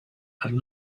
and